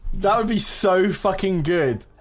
be so fucking good